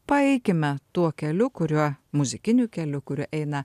paeikime tuo keliu kuriuo muzikiniu keliu kuriuo eina